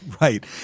Right